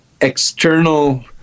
external